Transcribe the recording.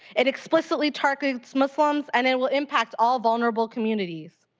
it explicitly targets muslims, and and will impact all the marble communities.